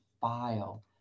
file